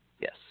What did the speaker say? Yes